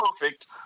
perfect